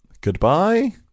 Goodbye